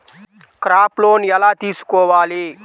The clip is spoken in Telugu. క్రాప్ లోన్ ఎలా తీసుకోవాలి?